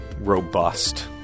robust